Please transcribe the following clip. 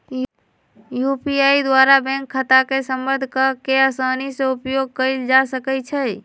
UPI द्वारा bank खता के संबद्ध कऽ के असानी से उपयोग कयल जा सकइ छै